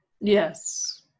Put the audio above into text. Yes